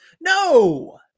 No